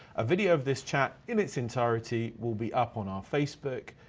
a video of this chat, in it's entirety, will be up on our facebook,